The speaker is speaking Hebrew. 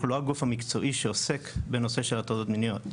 אנחנו לא הגוף המקצועי שעוסק בנושא של הטרדות מיניות.